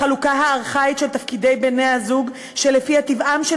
לחלוקה הארכאית של תפקידי בני-הזוג שלפיה טבעם של